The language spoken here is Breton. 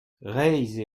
reizh